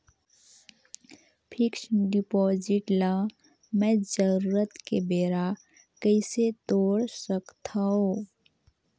Fixed deposit ल मैं जरूरत के बेरा कइसे तोड़ सकथव?